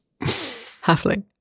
Halfling